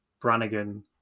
Brannigan